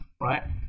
right